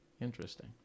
Interesting